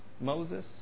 Moses